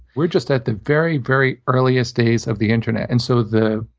we're just at the very, very earliest days of the internet. and so the,